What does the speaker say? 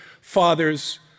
father's